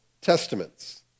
Testaments